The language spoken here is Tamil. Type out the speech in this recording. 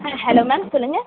ஆ ஹலோ மேம் சொல்லுங்க